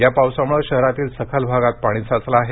या पावसामुळे शहरातील सखल भागात पाणी साचले आहे